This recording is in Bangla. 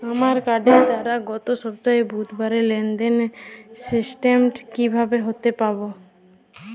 আমার কার্ডের দ্বারা গত সপ্তাহের বুধবারের লেনদেনের স্টেটমেন্ট কীভাবে হাতে পাব?